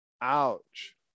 Ouch